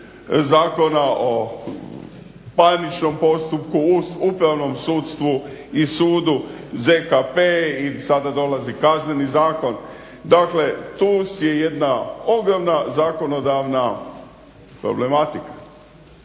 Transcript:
Zakona o parničnom postupku u upravnom sudstvu i sudu ZKP i sada dolazi Kazneni zakon, dakle tu je jedna ogromna zakonodavna problematika.